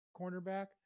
cornerback